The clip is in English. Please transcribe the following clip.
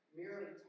merely